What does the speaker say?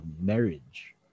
marriage